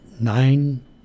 nine-